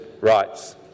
rights